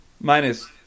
Minus